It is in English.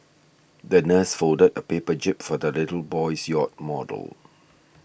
the nurse folded a paper jib for the little boy's yacht model